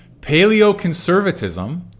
Paleoconservatism